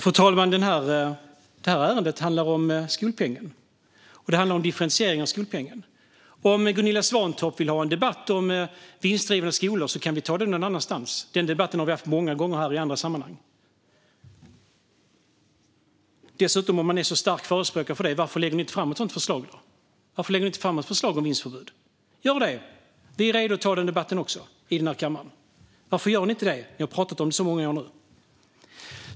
Fru talman! Detta ärende handlar om skolpengen och om differentieringen av den. Om Gunilla Svantorp vill ha en debatt om vinstdrivande skolor kan vi ta den någon annanstans. Den debatten har vi haft många gånger här i andra sammanhang. Dessutom, Gunilla Svantorp, om ni nu är så starka förespråkare av vinstförbud, varför lägger ni inte fram ett sådant förslag? Gör det! Vi är redo att ta den debatten också i denna kammare. Varför gör ni inte det? Ni har ju pratat om det i många år nu.